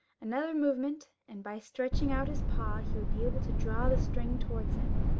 another movement, and, by stretching out his paw, he would be able to draw the string towards him,